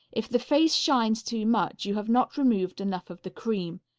if the face shines too much, you have not removed enough of the cream.